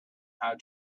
how